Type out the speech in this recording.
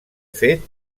fet